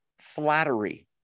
flattery